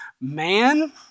Man